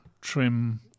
trim